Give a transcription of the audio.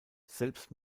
selbst